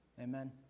amen